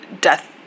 death